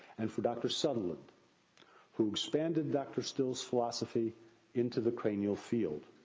and, for dr. sutherland who expanded dr. still's philosophy into the cranial field.